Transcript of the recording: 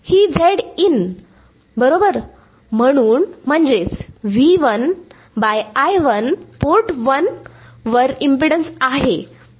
ही बरोबर म्हणून म्हणजेच पोर्ट 1 वर इम्पेडन्स आहे बरोबर